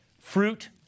Fruit